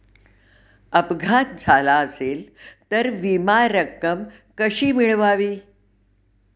अपघात झाला असेल तर विमा रक्कम कशी मिळवावी?